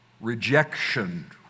rejection